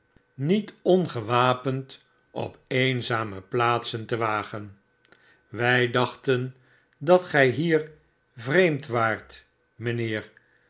de man wapend op eenzame plaatsen te wagen wij dachten dat gij hier vreemd waart mijnheer